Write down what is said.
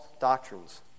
doctrines